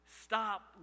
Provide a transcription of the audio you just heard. Stop